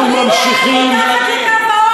שומרים עליהם מתחת לקו העוני,